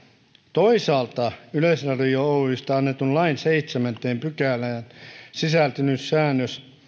toisaalta yleisradio oystä annetun lain seitsemänteen pykälään sisältynyt säännös